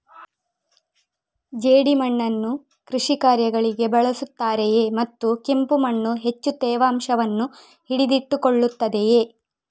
ಜೇಡಿಮಣ್ಣನ್ನು ಕೃಷಿ ಕಾರ್ಯಗಳಿಗೆ ಬಳಸುತ್ತಾರೆಯೇ ಮತ್ತು ಕೆಂಪು ಮಣ್ಣು ಹೆಚ್ಚು ತೇವಾಂಶವನ್ನು ಹಿಡಿದಿಟ್ಟುಕೊಳ್ಳುತ್ತದೆಯೇ?